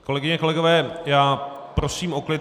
Kolegyně, kolegové, prosím o klid.